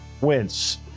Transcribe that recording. wins